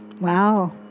Wow